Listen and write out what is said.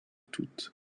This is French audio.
toutes